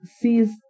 sees